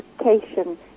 education